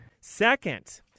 second